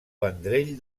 vendrell